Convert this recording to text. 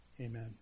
Amen